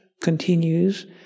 continues